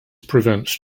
prevents